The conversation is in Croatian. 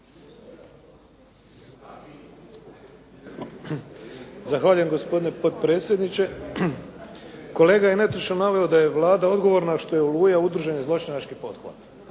Zahvaljujem gospodine potpredsjedniče. Kolega je netočno naveo da je Vlada odgovorna što je «Oluja» udruženi zločinački pothvat.